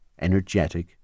energetic